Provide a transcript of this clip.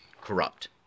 corrupt